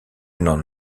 n’en